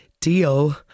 deal